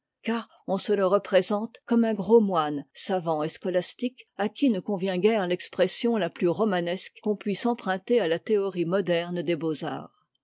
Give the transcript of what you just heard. car on se le représente comme un gros moine savant et scolastique à qui ne convient guère l'expression la plus romanesque qu'on puisse emprunter à la théorie moderne des beaux-arts